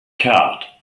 card